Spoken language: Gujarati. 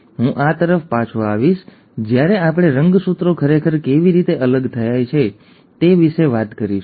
અને હું આ તરફ પાછો આવીશ જ્યારે આપણે રંગસૂત્રો ખરેખર કેવી રીતે અલગ થાય છે તે વિશે વાત કરીશું